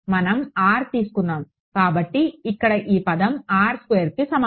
మనం R తీసుకున్నాము కాబట్టి ఇక్కడ ఈ పదం కి సమానం